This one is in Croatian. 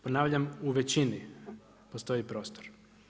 Ponavljam, u većini postoji prostor.